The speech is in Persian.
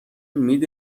مید